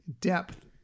depth